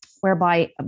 whereby